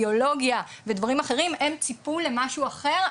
ביולוגיה ודברים אחרים הם ציפו למשהו אחר.